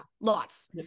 Lots